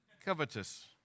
Covetous